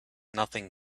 nothing